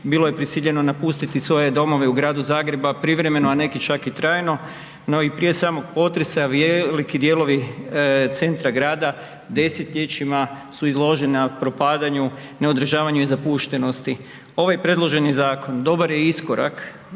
bilo je prisiljeno napustiti svoje domove u Gradu Zagrebu, a privremeno, a neki čak i trajno. No i prije samog potresa veliki dijelovi centra grada desetljećima su izložena propadanju, neodržavanju i zapuštenosti. Ovaj predloženi zakon dobar je iskorak